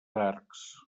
arcs